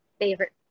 favorite